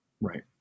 right